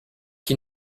qui